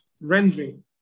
rendering